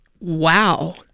Wow